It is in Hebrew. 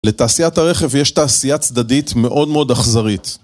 לתעשיית הרכב יש תעשייה צדדית מאוד מאוד אכזרית